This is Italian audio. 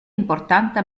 importante